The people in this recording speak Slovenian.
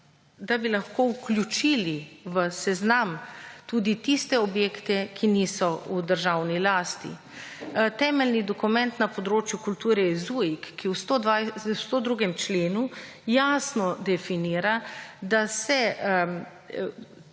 da bi lahko vključili v seznam tudi tiste objekte, ki niso v državni lasti. Temeljni dokument na področju kulture je ZUJIK, ki v 102. členu jasno definira, da se